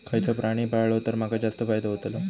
खयचो प्राणी पाळलो तर माका जास्त फायदो होतोलो?